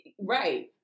Right